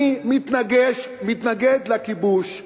אני מתנגד לכיבוש,